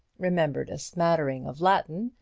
remembered a smattering of latin,